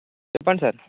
చెప్పండి సార్